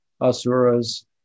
asuras